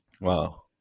Wow